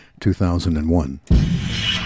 2001